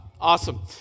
Awesome